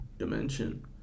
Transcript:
dimension